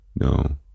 No